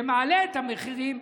שמעלה את המחירים,